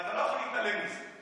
ואתה לא יכול להתעלם מזה,